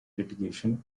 litigation